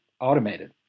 automated